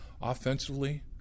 offensively